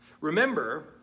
Remember